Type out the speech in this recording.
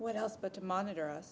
what else but to monitor us